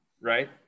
right